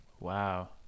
wow